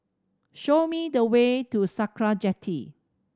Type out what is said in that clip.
show me the way to Sakra Jetty